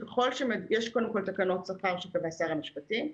קודם כול יש תקנות שכר שקבע שר המשפטים.